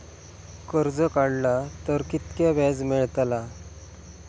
कर्ज काडला तर कीतक्या व्याज मेळतला?